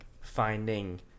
finding